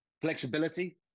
flexibility